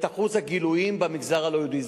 את אחוז הגילויים במגזר הלא-יהודי.